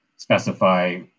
Specify